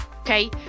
okay